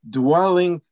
dwelling